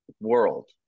world